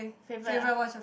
favorite ah